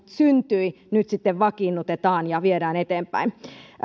syntyi nyt sitten vakiinnutetaan ja viedään eteenpäin